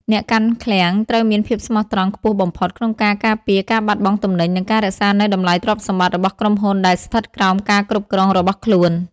អ្នកកាន់ឃ្លាំងត្រូវមានភាពស្មោះត្រង់ខ្ពស់បំផុត ក្នុងការការពារការបាត់បង់ទំនិញ និងការរក្សានូវតម្លៃទ្រព្យសម្បត្តិរបស់ក្រុមហ៊ុនដែលស្ថិតក្រោមការគ្រប់គ្រងរបស់ខ្លួន។